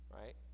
Right